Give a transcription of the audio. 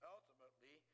Ultimately